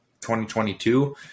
2022